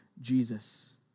Jesus